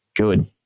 good